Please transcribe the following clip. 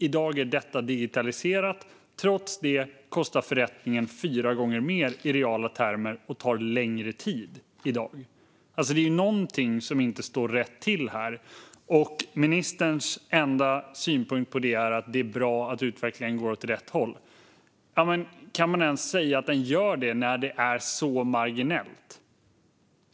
I dag är detta digitaliserat, men trots det kostar förrättningen fyra gånger mer i reala termer och tar längre tid. Det är någonting som inte står rätt till här, och ministerns enda synpunkt på det är att det är bra att utvecklingen går åt rätt håll. Men kan man ens säga att den gör det när det är så marginellt?